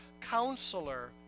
counselor